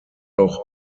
auch